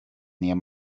near